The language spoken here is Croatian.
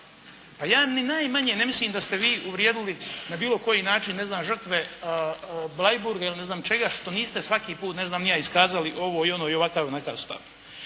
Pa ja ni najmanje ne mislim da ste vi uvrijedili na bilo koji način ne znam žrtve Bleiburga ili ne znam čega, što niste svaki puta ne znam ni ja, iskazali ovo i ono i ovakav neki stav.